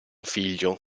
figlio